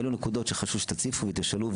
אלה נקודות שחשוב שתציפו ותשאלו,